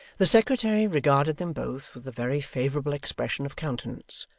the secretary regarded them both with a very favourable expression of countenance,